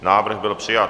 Návrh byl přijat.